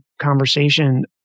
conversation